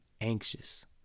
anxious